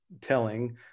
telling